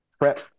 prep